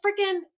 freaking